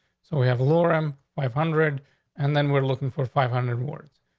so we have lauren um five hundred and then we're looking for five hundred words.